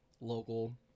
local